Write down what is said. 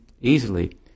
easily